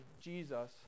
Jesus